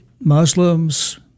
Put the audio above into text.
Muslims